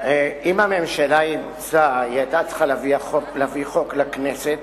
אם הממשלה אימצה, היא היתה צריכה להביא חוק לכנסת,